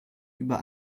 über